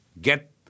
get